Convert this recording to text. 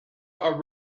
are